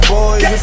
Boys